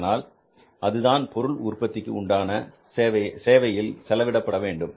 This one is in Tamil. ஆனால் அதுதான் பொருள் உற்பத்திக்கு உண்டான சேவையில் செலவிடப்பட வேண்டும்